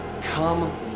come